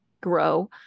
grow